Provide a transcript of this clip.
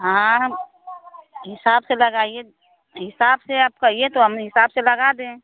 हाँ हिसाब से लगाइए हिसाब से आप कहिए तो हम हिसाब से लगा दें